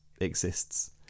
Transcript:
exists